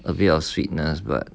a bit of sweetness but